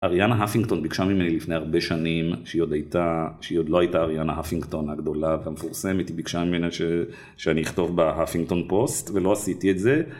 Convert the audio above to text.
אריאנה הפינגטון ביקשה ממנה לפני הרבה שנים שהיא עוד היתה, שהיא עוד לא הייתה אריאנה הפינגטון הגדולה המפורסמת היא ביקשה ממנה שאני אכתוב בהפינגטון פוסט ולא עשיתי את זה